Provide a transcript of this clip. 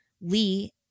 Lee